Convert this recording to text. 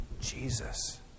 Jesus